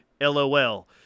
LOL